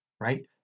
Right